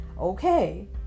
Okay